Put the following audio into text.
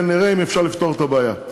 ונראה אם אפשר לפתור את הבעיה,